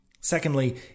Secondly